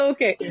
Okay